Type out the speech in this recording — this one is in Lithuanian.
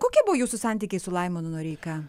kokie buvo jūsų santykiai su laimonu noreika